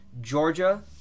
Georgia